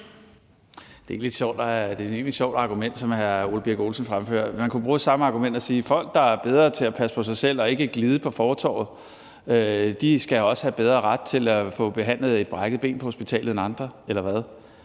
et rimelig sjovt argument, som hr. Ole Birk Olesen fremfører. Man kunne bruge det samme argument og sige, at folk, der er bedre til at passe på sig selv og ikke glider på fortovet, også skal have mere ret til at få behandlet et brækket ben på hospitalet end andre, eller hvad?